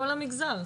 כל המגזר.